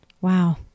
Wow